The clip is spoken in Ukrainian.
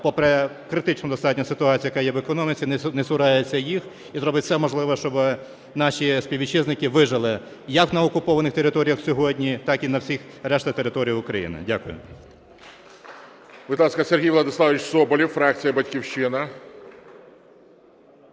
попри критичну достатньо ситуацію, яка є в економіці, не цурається їх і зробить все можливе, щоб наші співвітчизники вижили як на окупованих територіях сьогодні, так і на всіх решта територій України. Дякую.